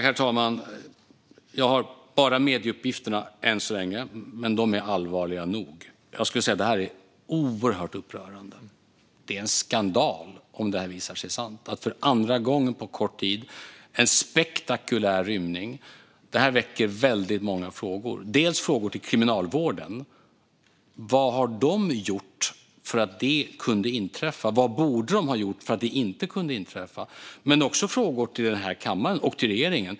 Herr talman! Jag har än så länge bara tagit del av medieuppgifterna, men de är allvarliga nog. Jag skulle säga att detta är oerhört upprörande. Om detta visar sig vara sant är det en skandal att det har skett en spektakulär rymning för andra gången på kort tid. Detta väcker väldigt många frågor. Bland annat väcker det frågor till Kriminalvården. Vad har de gjort för att tillåta detta att inträffa, och vad borde de ha gjort för att undvika det? Det väcker också frågor till denna kammare och till regeringen.